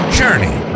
journey